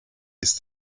ist